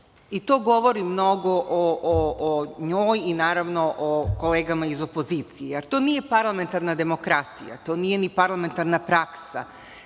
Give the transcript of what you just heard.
To govori mnogo o njoj i kolegama iz opozicije. Jer, to nije parlamentarna demokratija, to nije ni parlamentarna praksa,